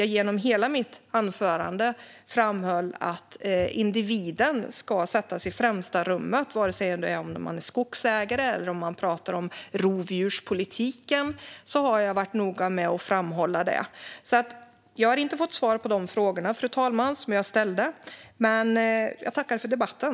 Genom hela mitt anförande framhöll jag att individen ska sättas i främsta rummet. Vare sig man är skogsägare eller pratar om rovdjurspolitiken har jag varit noga med att framhålla detta. Jag har inte fått svar på de frågor jag ställde, men jag tackar för debatten.